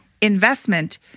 investment